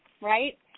right